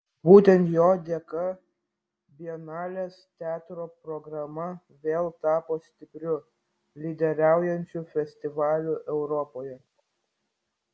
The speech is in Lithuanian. būtent jo dėka bienalės teatro programa vėl tapo stipriu lyderiaujančiu festivaliu europoje